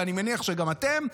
ואני מניח שגם אתם,